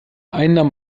einnahmen